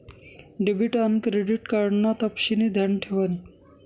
debit आन credit card ना तपशिनी ध्यान ठेवानी